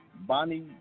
Bonnie